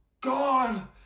God